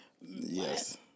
Yes